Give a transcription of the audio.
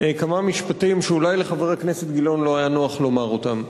כמה משפטים שאולי לחבר הכנסת גילאון לא היה נוח לומר אותם.